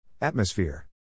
Atmosphere